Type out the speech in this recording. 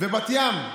ובת ים,